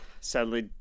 Sadly